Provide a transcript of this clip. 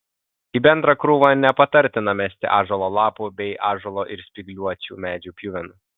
į bendrą krūvą nepatartina mesti ąžuolo lapų bei ąžuolo ir spygliuočių medžių pjuvenų